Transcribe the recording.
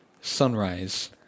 Sunrise